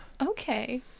Okay